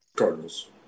Cardinals